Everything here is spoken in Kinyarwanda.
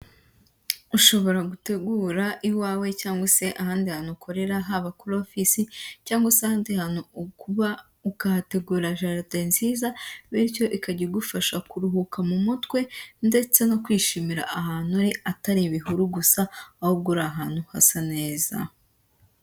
Ushobora gutegura iwawe cyangwa se ahandi hantu ukorera haba kuri office cyangwa ahandi hantu ukuba ukahategurage jaride nziza bityo ikajya igufasha kuruhuka mu mutwe ndetse no kwishimira ahantu uri atari ibihuru gusa ahubwo uri ahantu hasa neza.